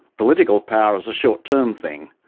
political power is a short-term thing.